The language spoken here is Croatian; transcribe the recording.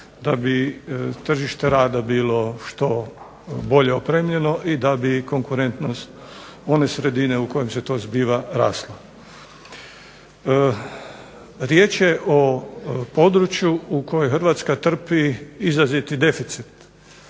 da bi tržište rada bilo što bolje opremljeno i da bi konkurentnost one sredine u kojem se to zbiva rasla. Riječ je o području u kojoj Hrvatskoj trpi izraziti deficit,